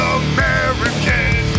american